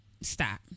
stop